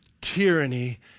tyranny